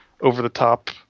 over-the-top